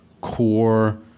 core